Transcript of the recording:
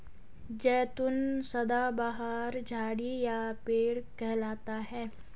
जैतून सदाबहार झाड़ी या पेड़ कहलाता है